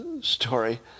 story